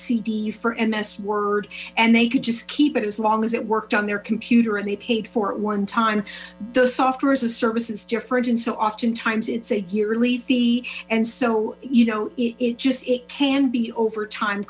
d for m s word and they could just keep it as long as it worked on their computer and they paid for it one time the software as a service is different and so oftentimes it's a yearly fee and so you know it just it can be over time